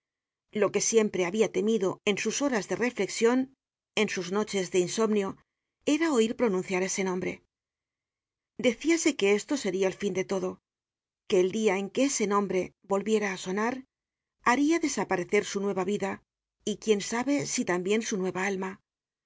lo que siempre habia temido en sus horas de reflexion en sus noches de insomnio era oir pronunciar ese nombre decíase que esto seria el fin de todo que el dia en que ese nombre volviera á sonar haria desaparecer su nueva vida y quién sabe si tambien su nueva alma